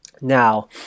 Now